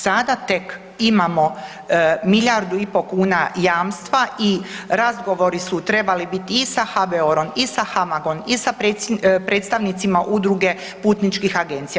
Sada tek imamo milijardu i po kuna jamstva i razgovori su trebali biti i sa HBOR-om i sa HAMAG-om i sa predstavnicima udruga putničkih agencija.